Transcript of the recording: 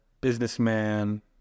businessman